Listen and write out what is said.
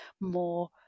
more